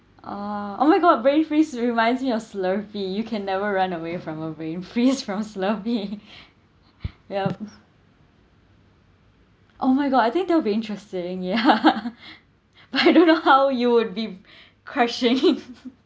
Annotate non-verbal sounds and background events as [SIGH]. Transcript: uh oh my god brain freeze reminds me of slurpee you can never run away from a brain freeze from slurpee [LAUGHS] [BREATH] yup oh my god I think that will be interesting yeah [LAUGHS] [BREATH] but I don't know how you would be [BREATH] crashing